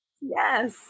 yes